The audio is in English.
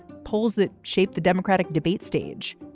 polls that shape the democratic debate stage.